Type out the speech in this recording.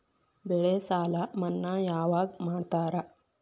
ಬೆಳೆ ಸಾಲ ಮನ್ನಾ ಯಾವಾಗ್ ಮಾಡ್ತಾರಾ?